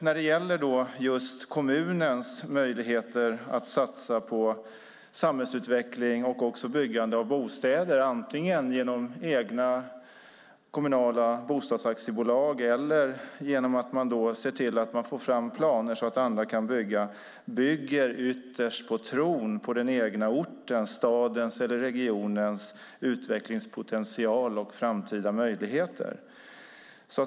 När det gäller just kommunens möjligheter att satsa på samhällsutveckling och byggande av bostäder, antingen genom egna kommunala bostadsaktiebolag eller genom att man ser till att få fram planer så att andra kan bygga, bygger det ytterst på tron på den egna ortens, stadens eller regionens utvecklingspotential och framtida möjligheter.